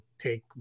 take